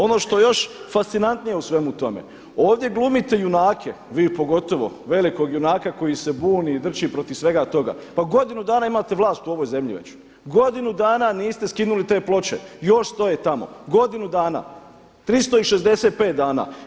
Ono što je još fascinantnije u svemu tome, ovdje glumite junake, vi pogotovo velikog junaka koji se buni i drči protiv svega toga, pa godinu dana imate vlast u ovoj zemlji već, godinu dana niste skinuli te ploče, još stoje tamo godinu dana, 365 dana.